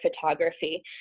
photography